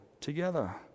together